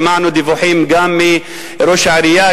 שמענו דיווחים גם מראש העירייה,